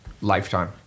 lifetime